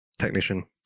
technician